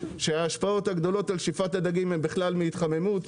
כאשר ההשפעות הגדולות על שפע הדגים הן בכלל מהתחממות,